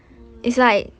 um